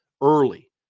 early